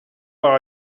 par